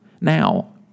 now